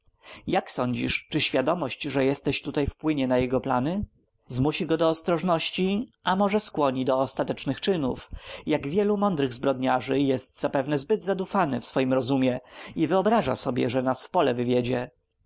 jak sądzisz czy świadomość że jesteś tutaj wpłynie na jego plany zmusi go do ostrożności a może skłoni do ostatecznych czynów jak wielu mądrych zbrodniarzy jest zapewne zbyt zaufany w swoim rozumie i wyobraża sobie że nas w pole wywiedzie